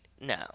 No